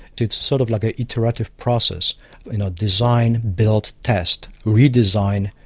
it's sort of like an interactive process, you know design, build, test, redesign,